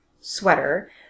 sweater